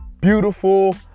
beautiful